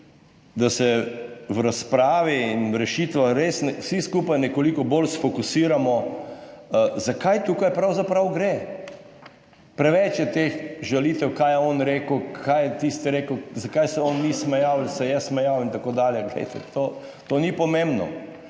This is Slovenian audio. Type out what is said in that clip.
da se v razpravi in rešitvah res vsi skupaj nekoliko bolj fokusiramo za kaj tukaj pravzaprav gre. Preveč je teh žalitev, kaj je on rekel, kaj je tisti rekel, zakaj se on ni smejal, se je smejal in tako dalje, glejte to ni pomembno,